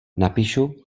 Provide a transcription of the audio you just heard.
napíšu